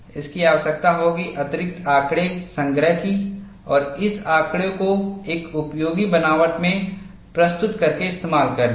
इसकी आवश्यकता होगी अतिरिक्त आंकड़े संग्रह की और इस आंकड़े को एक उपयोगी बनावट मैं प्रस्तुत करके इस्तेमाल करने की